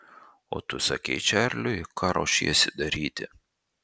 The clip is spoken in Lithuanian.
o tu sakei čarliui ką ruošiesi daryti